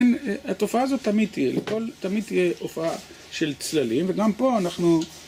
‫התופעה הזו תמיד תהיה, ‫לכל תמיד תהיה הופעה של צללים, ‫וגם פה אנחנו...